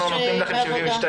אנחנו נותנים לכם 72 שעות.